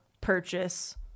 purchase